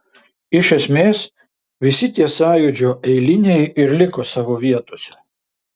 iš esmės visi tie sąjūdžio eiliniai ir liko savo vietose